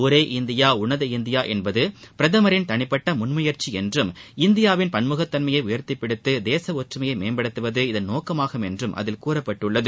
ஒரே இந்தியா உன்னத இந்தியா என்பது பிரதமரின் தனிப்பட்ட முன்முயற்சி என்றும் இந்தியாவின் பன்முகத்தன்மையை உயர்த்திப்பிடித்து தேச ஒற்றுமையை மேம்படுத்துவது இதன் நோக்கமாகும் என்றும் அதில் கூறப்பட்டுள்ளது